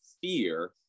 fear